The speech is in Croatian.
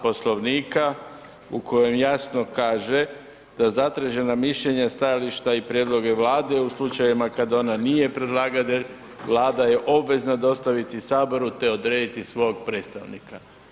Poslovnika u kojem jasno kaže „da zatražena mišljenja stajališta i prijedloge Vlade u slučajevima kada ona nije predlagatelj Vlada je obvezan dostaviti Saboru te odrediti svog predstavnika“